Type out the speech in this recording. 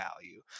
value